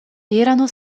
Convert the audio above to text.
erano